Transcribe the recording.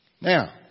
Now